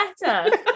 better